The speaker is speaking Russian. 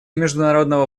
международного